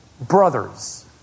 brothers